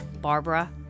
Barbara